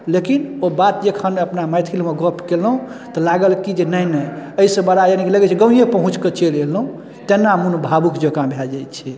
लेकिन ओ बात जे एखन अपना मैथिलमे गप केलहुँ तऽ लागल कि जे नहि नहि एहिसँ बड़ा यानीकि लगै छै गामेमे पहुँचिकऽ चलि अएलहुँ तेना मोन भावुकजकाँ भऽ जाइ छै